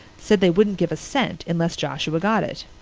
said they wouldn't give a cent unless joshua got it.